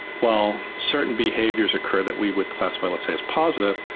while certain behaviours occur that we would classify let's say as positive,